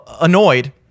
annoyed